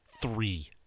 three